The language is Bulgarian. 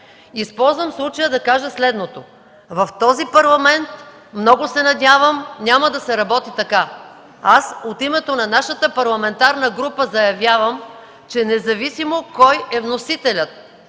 Използвам случая да кажа следното. В този Парламент много се надявам, че няма да се работи така. Аз, от името на нашата парламентарна група, заявявам, че независимо кой е вносителят,